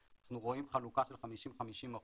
אנחנו רואים חלוקה של 50%-50%